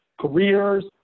careers